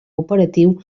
operatiu